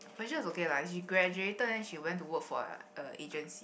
Felicia is okay lah she graduated then she went to work for uh a agency